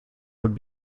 would